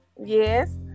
Yes